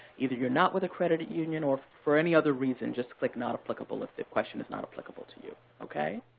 either you're not with a credit union or for any other reason, just click not applicable if the question is not applicable to you, okay?